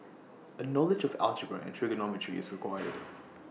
A knowledge of algebra and trigonometry is required